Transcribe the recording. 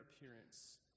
appearance